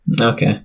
Okay